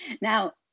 Now